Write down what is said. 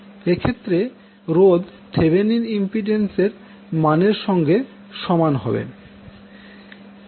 এক্ষেত্রে রোধ Thevenin impedance এর মানের সঙ্গে সমান হবে